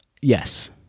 Yes